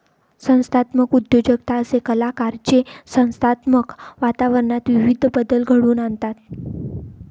संस्थात्मक उद्योजकता असे कलाकार जे संस्थात्मक वातावरणात विविध बदल घडवून आणतात